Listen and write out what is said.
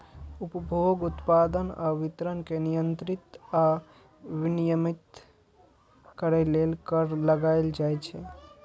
उपभोग, उत्पादन आ वितरण कें नियंत्रित आ विनियमित करै लेल कर लगाएल जाइ छै